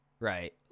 Right